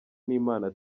n’imana